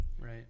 Right